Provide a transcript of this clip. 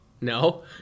No